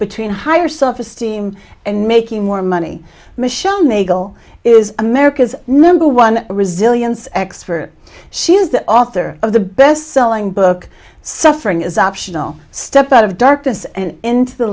between higher self esteem and making more money michelle nagle is america's number one resilience x for she is the author of the bestselling book suffering is optional step out of darkness and into the